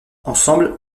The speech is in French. ensemble